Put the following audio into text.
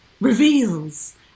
Reveals